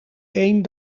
één